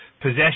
Possession